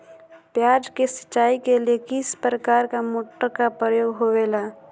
प्याज के सिंचाई के लिए किस प्रकार के मोटर का प्रयोग होवेला?